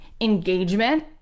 engagement